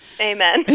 Amen